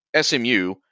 SMU